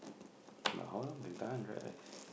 but how long can tahan dry ice